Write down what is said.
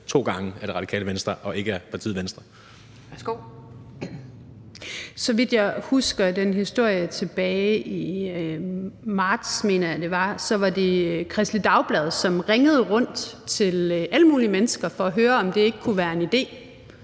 (Pia Kjærsgaard): Værsgo. Kl. 15:23 Pernille Skipper (EL): Så vidt jeg husker den historie tilbage i marts – mener jeg at det var – var det Kristeligt Dagblad, som ringede rundt til alle mulige mennesker for at høre, om det ikke kunne være en idé,